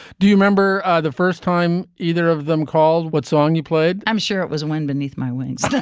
do you remember the first time either of them called what song you played? i'm sure it was wind beneath my wings yeah